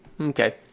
Okay